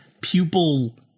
pupil